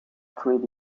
treaty